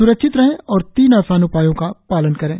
स्रक्षित रहें और तीन आसान उपायों का पालन करें